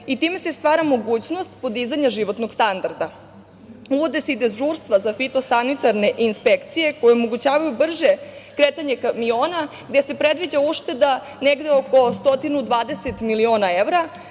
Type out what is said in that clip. i time se stvara mogućnost podizanja životnog standarda, uvode i dežurstva za fitosanitarne inspekcije koje omogućavaju brže kretanje kamiona gde se predviđa ušteda negde oko 120 miliona evra,